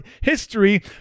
history